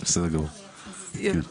שבגלל